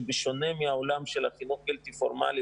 שבשונה מהעולם של החינוך הבלתי פורמלי,